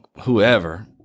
whoever